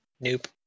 Nope